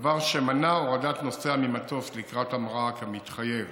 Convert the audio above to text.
דבר שמנע הורדת נוסע ממטוס לקראת המראה, כמתחייב